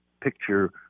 picture